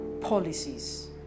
policies